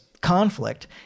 conflict